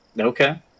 Okay